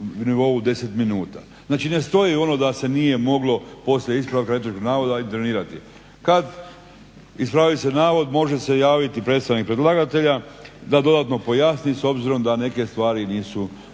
nivou 10 minuta. Znači ne stoji ono da se nije moglo poslije ispravka netočnog navoda intervenirati. Kada se ispravi navod može se javiti predstavnik predlagatelja da dodatno pojasni s obzirom da neke stvari nisu